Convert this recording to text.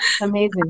Amazing